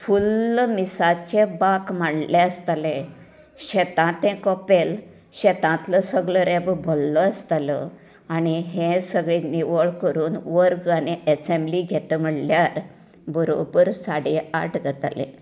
full मिसाचे बांक मांडले आसताले शेतांत ते कपेल शेतांतलो सगळो रेबो भरल्लो आसतालो आनी हे सगळे निवळ करून वर्ग आनी एसेंम्ब्ली घेता म्हळ्यार बरोबर साडे आठ जाताली